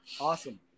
Awesome